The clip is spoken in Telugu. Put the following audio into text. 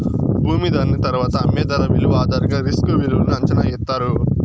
భూమి ధరను తరువాత అమ్మే ధర విలువ ఆధారంగా రిస్క్ విలువను అంచనా ఎత్తారు